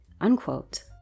Unquote